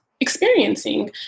Experiencing